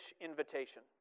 invitation